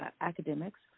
academics